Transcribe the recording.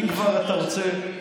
אם כבר אתה רוצה,